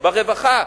ברווחה,